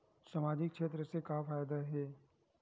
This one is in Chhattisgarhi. सामजिक क्षेत्र से का फ़ायदा हे?